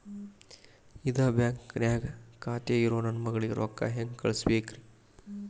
ಇದ ಬ್ಯಾಂಕ್ ನ್ಯಾಗ್ ಖಾತೆ ಇರೋ ನನ್ನ ಮಗಳಿಗೆ ರೊಕ್ಕ ಹೆಂಗ್ ಕಳಸಬೇಕ್ರಿ?